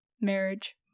marriage